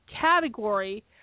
category